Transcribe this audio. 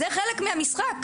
זה חלק מהמשחק,